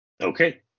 Okay